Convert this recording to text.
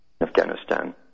Afghanistan